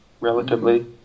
Relatively